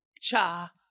Cha